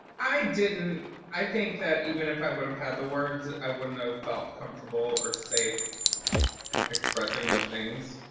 i didn't i think that even if i would have had the words i wouldn't have felt comfortable or safe expressing those things.